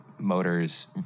motors